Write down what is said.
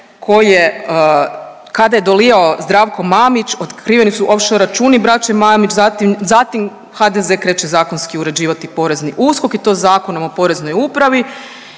koji je kada je dolijao Zdravko Mamić otkriveni su offshore računi braće Mamić, zatim, zatim HDZ kreće zakonski uređivati PNUSKOK i to Zakonom o Poreznoj upravi,